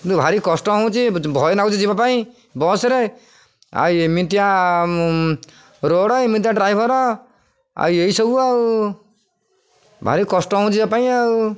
କିନ୍ତୁ ଭାରି କଷ୍ଟ ହେଉଛି ଭୟ ଲାଗୁଛି ଯିବା ପାଇଁ ବସ୍ରେ ଆଉ ଏମିତିଆ ରୋଡ଼୍ ଏମିତିଆ ଡ୍ରାଇଭର୍ ଆଉ ଏଇସବୁ ଆଉ ଭାରି କଷ୍ଟ ହେଉଛି ଯିବା ପାଇଁ ଆଉ